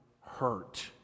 hurt